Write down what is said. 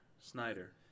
Snyder